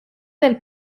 del